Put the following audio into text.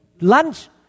lunch